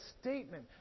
statement